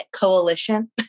Coalition